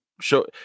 show